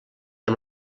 amb